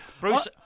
Bruce